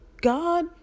God